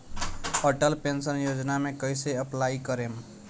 Atal pension योजना मे कैसे अप्लाई करेम?